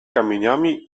kamieniami